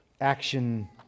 Action